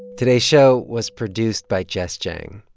today's show was produced by jess jiang.